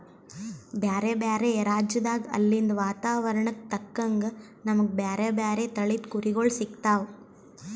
ಬ್ಯಾರೆ ಬ್ಯಾರೆ ರಾಜ್ಯದಾಗ್ ಅಲ್ಲಿಂದ್ ವಾತಾವರಣಕ್ಕ್ ತಕ್ಕಂಗ್ ನಮ್ಗ್ ಬ್ಯಾರೆ ಬ್ಯಾರೆ ತಳಿದ್ ಕುರಿಗೊಳ್ ಸಿಗ್ತಾವ್